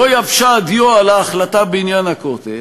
לא יבשה הדיו על ההחלטה בעניין הכותל,